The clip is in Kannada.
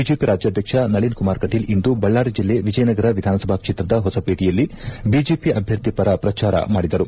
ಬಿಜೆಪಿ ರಾಜ್ಯಾಧ್ಯಕ್ಷ ನೀನ್ ಕುಮಾರ್ ಕಟೀಲ್ ಇಂದು ಬಳ್ಳಾರಿ ಜಿಲ್ಲೆ ವಿಜಯನಗರ ವಿಧಾನ ಸಭಾ ಕ್ಷೇತ್ರದ ಹೊಸಪೇಟೆಯಲ್ಲಿ ಬಿಜೆಪಿ ಅಧ್ವರ್ಥಿ ಪರ ಪ್ರಚಾರ ಮಾಡಿದರು